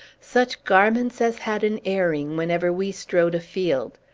such garments as had an airing, whenever we strode afield!